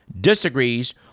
disagrees